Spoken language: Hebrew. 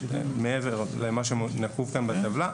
מעבר למה שנקוב כאן בטבלה.